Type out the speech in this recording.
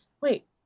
wait